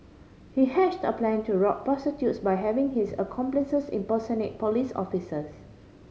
he hatched a plan to rob prostitutes by having his accomplices impersonate police officers